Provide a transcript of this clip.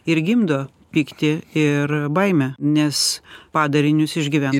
ir gimdo pyktį ir baimę nes padarinius išgyvent